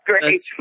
Great